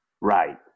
Right